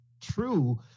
true